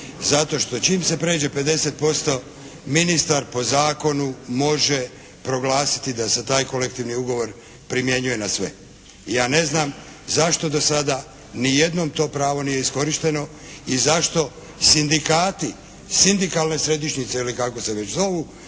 zato što čim se prijeđe 50% ministar po zakonu može proglasiti da se taj kolektivni ugovor primjenjuje na sve. I ja ne znam zašto do sada ni jednom to pravo nije iskorišteno i zašto sindikati, sindikalne središnjice ili kako se već zovu,